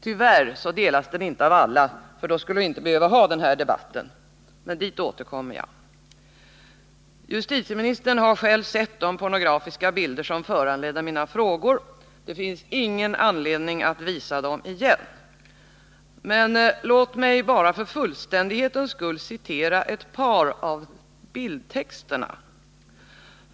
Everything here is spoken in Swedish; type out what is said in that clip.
Tyvärr delas den inte av alla, för då skulle vi inte behöva ha den här debatten, men dit återkommer jag. Justitieministern har själv sett de pornografiska bilder som föranleder mina frågor. Det finns ingen anledning att visa dem igen. Låt mig dock bara för fullständighetens skull citera ett par av bildtexterna.